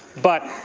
but